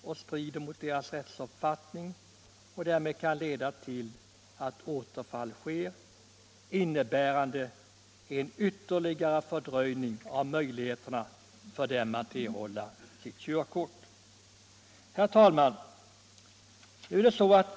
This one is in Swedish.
Den strider mot deras rättsmedvetande, och detta kan leda till att återfall sker, vilket innebär ytterligare fördröjning för dem av möjligheterna att erhålla körkort.